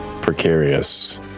Precarious